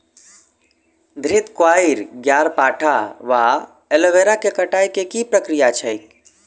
घृतक्वाइर, ग्यारपाठा वा एलोवेरा केँ कटाई केँ की प्रक्रिया छैक?